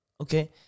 Okay